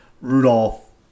Rudolph